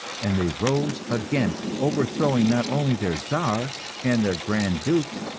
and they rose again, overthrowing not only their czar and their grand dukes,